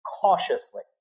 cautiously